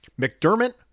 McDermott